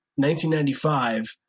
1995